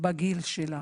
בגיל שלה.